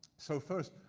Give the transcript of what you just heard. so first,